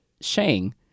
Shang